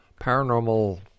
paranormal